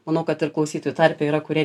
manau kad ir klausytojų tarpe yra kurie